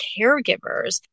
caregivers